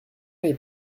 est